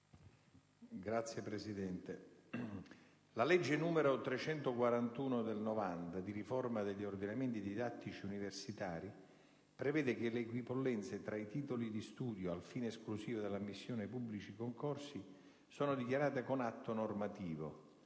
Signor Presidente, la legge n. 341 del 1990, di riforma degli ordinamenti didattici universitari, prevede che le equipollenze tra titoli di studio, al fine esclusivo dell'ammissione ai pubblici concorsi, sono dichiarate con atto normativo: